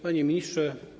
Panie Ministrze!